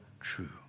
true